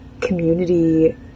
community